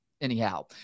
Anyhow